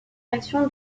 direction